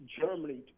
Germany